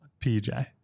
pj